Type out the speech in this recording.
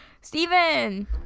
Steven